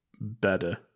better